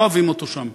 לא אוהבים אותו שם,